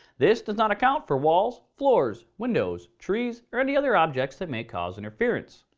this does not account for walls, floors, windows, trees, or any other objects that may cause interference.